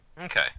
Okay